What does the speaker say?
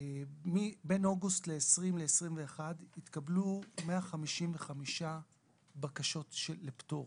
בין אוגוסט 2020 עד 2021 התקבלו 155 בקשות לפטור.